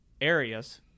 areas